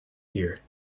here